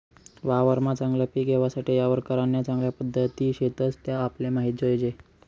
वावरमा चागलं पिक येवासाठे वावर करान्या चांगल्या पध्दती शेतस त्या आपले माहित जोयजे